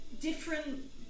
different